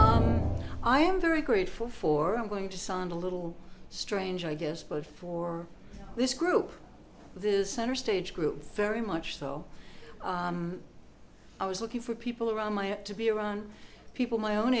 here i am very grateful for i'm going to sound a little strange ideas but for this group this is center stage group very much so i was looking for people around my up to be around people my own